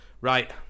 Right